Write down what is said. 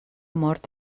mort